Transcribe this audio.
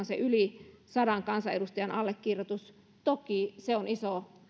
se yli sadan kansanedustajan allekirjoitus toki se on iso